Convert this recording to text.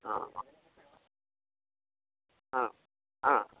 ആ ആ ആ